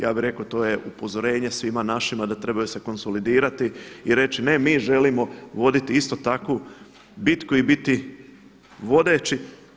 Ja bih rekao to je upozorenje svima našima da trebaju se konsolidirati i reći ne mi želimo voditi isto takvu bitku i biti vodeći.